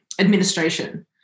administration